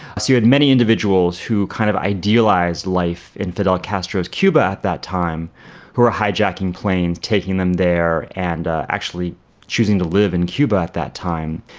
so you had many individuals who kind of idealised life in fidel castro's cuba at that time who were hijacking planes, taking them there and actually choosing to live in cuba at that time.